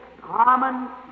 common